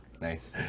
Nice